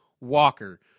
Walker